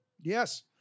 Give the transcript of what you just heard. Yes